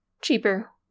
Cheaper